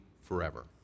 forever